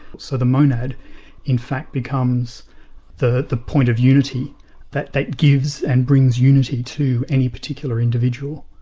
so the monad in fact becomes the the point of unity that that gives and brings unity to any particular individual.